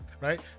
right